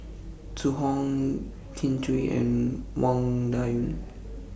Zhu Hong Kin Chui and Wang Dayuan